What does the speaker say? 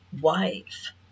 wife